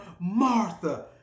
Martha